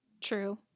True